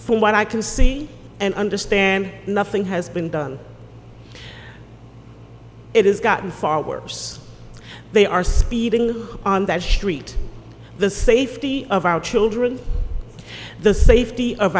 from what i can see and understand nothing has been done it has gotten far worse they are speeding on that street the safety of our children the safety of